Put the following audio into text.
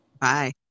Bye